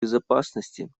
безопасности